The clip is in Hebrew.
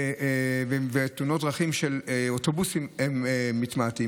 ותאונות הדרכים של אוטובוסים מתמעטות,